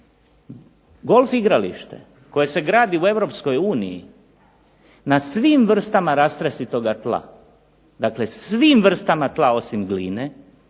Golf igralište koje se gradi u Europskoj uniji na svim vrstama rastresitoga tla, dakle svim vrstama tla osim gline